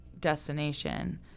destination